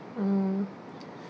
mm